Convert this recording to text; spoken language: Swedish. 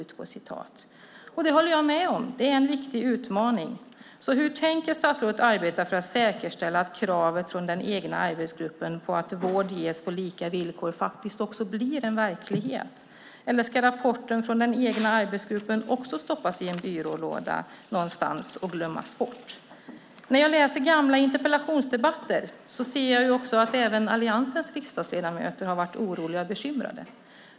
Det håller jag med om - det är en viktig utmaning. Hur tänker statsrådet arbeta för att säkerställa att kravet från den egna arbetsgruppen på att vård ska ges på lika villkor blir verklighet? Eller ska rapporten från den egna arbetsgruppen också stoppas i en byrålåda någonstans och glömmas bort? När jag läser gamla interpellationsdebatter ser jag att även Alliansens riksdagsledamöter har varit oroliga och bekymrade.